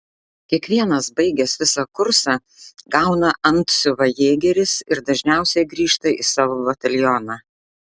kiekvienas baigęs visą kursą gauna antsiuvą jėgeris ir dažniausiai grįžta į savo batalioną